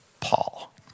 Paul